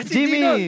Jimmy